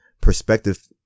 perspective